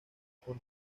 por